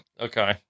Okay